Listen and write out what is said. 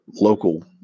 local